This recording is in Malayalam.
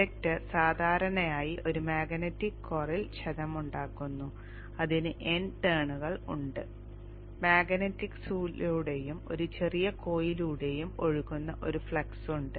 ഇൻഡക്ടർ സാധാരണയായി ഒരു മാഗ്നെറ്റിക് കോറിൽ ക്ഷതമുണ്ടാക്കുന്നു അതിന് N ടേണുകൾ ഉണ്ട് മാഗ്നെറ്റിക്സിലൂടെയും ഒരു ചെറിയ കോയിലിലൂടെയും ഒഴുകുന്ന ഒരു ഫ്ലക്സുണ്ട്